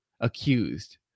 accused